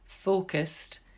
Focused